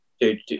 Dude